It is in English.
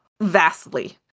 vastly